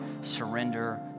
surrender